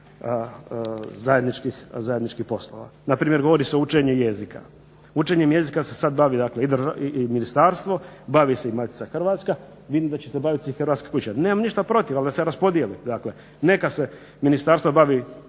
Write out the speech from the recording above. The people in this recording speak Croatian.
zajedničkih poslova. Na primjer, govori se učenje jezika. Učenjem jezika se sad bavi dakle i ministarstvo, bavi se i Matica Hrvatska. Vidim da će se baviti i Hrvatska kuća. Nemam ništa protiv, ali da se raspodjele. Dakle, neka se ministarstva bavi